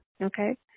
Okay